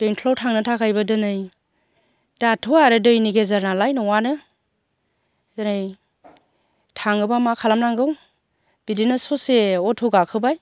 बेंटलाव थांनो थाखायबो दोनै दाथ' आरो दैनि गेजेर नालाय न'आनो दोनै थाङोबा मा खालामनांगौ बिदिनो ससे अट' गाखोबाय